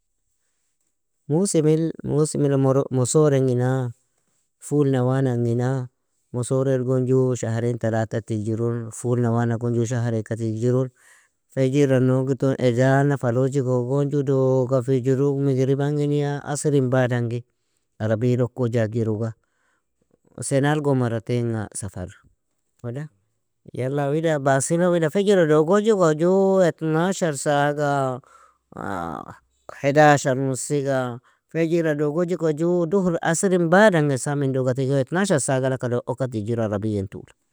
Musimil, musimila mosorengina, fuln awanangina, musorel gon ju شهرين تلاتة tigjirun, fuln awana gon ju shahreaka tigjirun, fejira nougiton ezana faloji kogon, ju duga fjroga migrabangin, ya asrin badangin, arabial ukoja agjiruga, senal gon maratainga safaru, yala wida basila wida fajiru dogojikoga, ju اتناشر saaga حداش ونص ga fajira, dogoji koga ju duhur asrin badangsamin duga tigjiru, اتناشر saagalagka du_okka tigjiru arabian tuul.